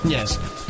Yes